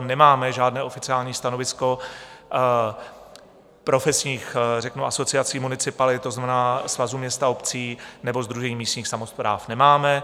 Nemáme žádné oficiální stanovisko profesních asociací, municipalit, to znamená Svazu měst a obcí nebo Sdružení místních samospráv, nemáme.